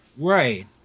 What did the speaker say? Right